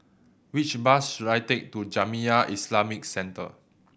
which bus should I take to Jamiyah Islamic Centre